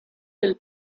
del